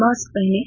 mask पहनें